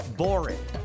boring